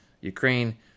Ukraine